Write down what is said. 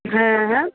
হ্যাঁ হ্যাঁ